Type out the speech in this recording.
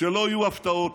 שלא יהיו הפתעות.